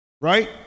Right